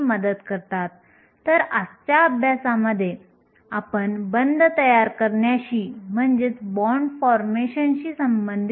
पहिले म्हणजे अवस्थांची घनता आपण हे g म्हणून दर्शविले